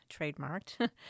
trademarked